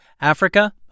Africa